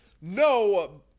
No